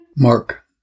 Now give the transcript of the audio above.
Mark